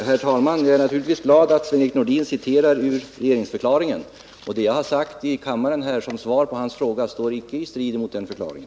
Herr talman! Jag är naturligtvis glad att Sven-Erik Nordin citerar ur regeringsförklaringen. Det jag har sagt här i kammaren som svar på hans fråga står icke i strid med den förklaringen.